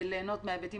ליהנות מההיבטים